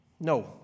No